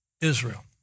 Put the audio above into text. Israel